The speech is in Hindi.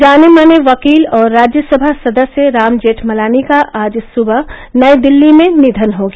जाने माने वकील और राज्यसभा सदस्य राम जेठमलानी का आज सुबह नई दिल्ली में निधन हो गया